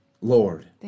Lord